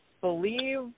believe